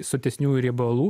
sotesniųjų riebalų